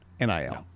nil